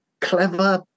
clever